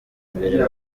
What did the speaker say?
imbere